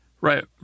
right